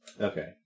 Okay